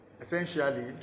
essentially